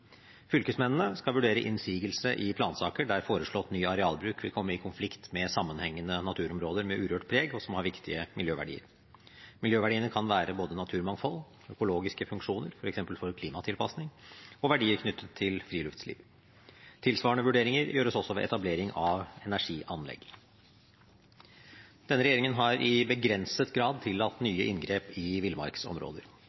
Fylkesmennene skal vurdere innsigelse i plansaker der foreslått ny arealbruk vil komme i konflikt med sammenhengende naturområder med urørt preg, og som har viktige miljøverdier. Miljøverdiene kan være både naturmangfold, økologiske funksjoner, f.eks. for klimatilpasning, og verdier knyttet til friluftsliv. Tilsvarende vurderinger gjøres også ved etablering av energianlegg. Denne regjeringen har i begrenset grad tillatt